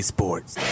Sports